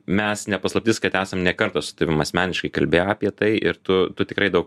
mes ne paslaptis kad esam ne kartą su tavim asmeniškai kalbėję apie tai ir tu tu tikrai daug